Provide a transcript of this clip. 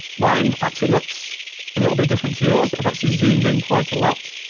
mine actually looks a little bit different to yours. i've actually zoomed in quite a lot,